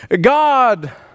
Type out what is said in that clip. God